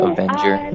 Avenger